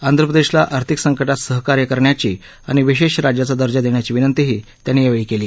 आंध्रप्रदेशला आर्थिक संकटात सहकार्य करण्याची आणि विशेष राज्याचा दर्जा देण्याची विनंतीही त्यांनी यावेळी केली